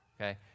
Okay